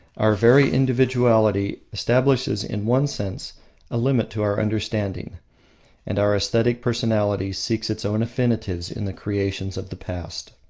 our very individuality establishes in one sense a limit to our understanding and our aesthetic personality seeks its own affinities in the creations of the past.